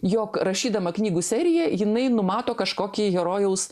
jog rašydama knygų seriją jinai numato kažkokį herojaus